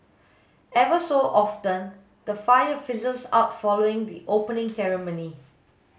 ever so often the fire fizzles out following the opening ceremony